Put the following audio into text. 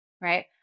right